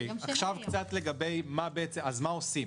עכשיו קצת לגבי מה עושים.